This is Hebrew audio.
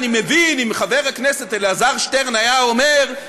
אני מבין אם חבר הכנסת אלעזר שטרן היה אומר: